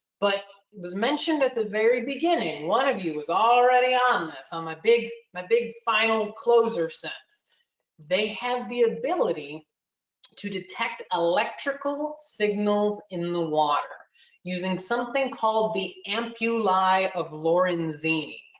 but it was mentioned at the very beginning. one of you was already on that. so my big my big final closer sense they have the ability to detect electrical signals in the water using something called the ampullae of lorenzini,